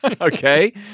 Okay